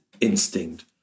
instinct